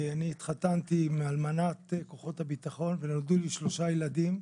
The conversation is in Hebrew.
אני התחתנתי עם אלמנת כוחות הביטחון ונולדו לי שלושה ילדים,